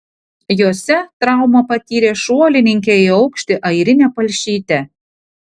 jose traumą patyrė šuolininkė į aukštį airinė palšytė